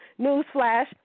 Newsflash